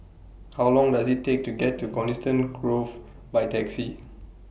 How Long Does IT Take to get to Coniston Grove By Taxi